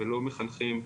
ולא מחנכים,